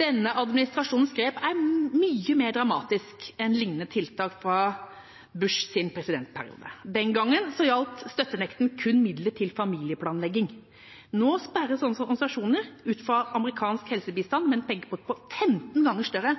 Denne administrasjonens grep er mye mer dramatisk enn liknende tiltak fra Bushs presidentperiode. Den gangen gjaldt støttenekten kun midler til familieplanlegging. Nå sperres organisasjoner ute fra amerikansk helsebistand med en pengepott som er 15 ganger større